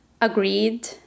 agreed